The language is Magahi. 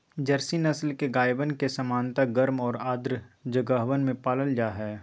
जर्सी नस्ल के गायवन के सामान्यतः गर्म और आर्द्र जगहवन में पाल्ल जाहई